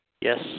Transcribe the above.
Yes